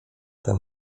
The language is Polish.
ten